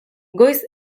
goiz